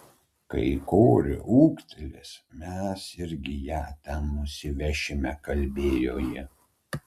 kai korė ūgtelės mes irgi ją ten nusivešime kalbėjo ji